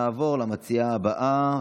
נעבור למציעה הבאה,